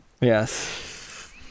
Yes